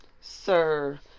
sir